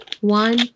One